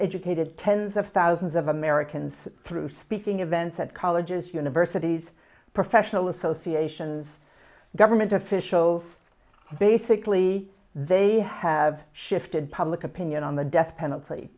educated tens of thousands of americans through speaking events at colleges universities professional associations government officials and basically they have shifted public opinion on the death penalty